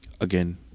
again